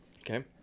Okay